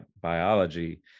biology